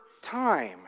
Time